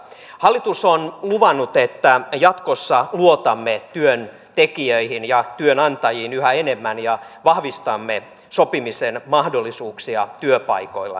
hallitus on luvannut että jatkossa luotamme työntekijöihin ja työnantajiin yhä enemmän ja vahvistamme sopimisen mahdollisuuksia työpaikoilla